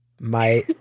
My-